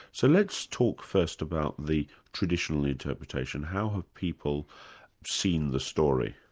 so let's talk first about the traditional interpretation how have people seen the story?